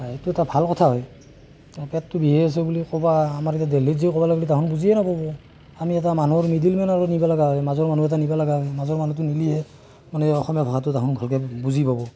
এইটো এটা ভাল কথা হয় পেটটো বিষাইছে বুলি ক'ব আমাৰ এতিয়া দেলহিত যদি ক'ব গ'লে তাহোন বুজিয়ে নাপাব আমি এটা মানুহৰ মিডিলমেন নিব লগা হয় মাজৰ মানুহ নিব লগা হয় মাজৰ মানুহটো নিলেহে মানে অসমীয়া ভাষাটো তাহোন ভালকৈ বুজি পাব